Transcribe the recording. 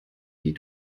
die